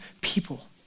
people